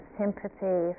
sympathy